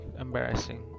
embarrassing